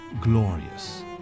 glorious